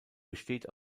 besteht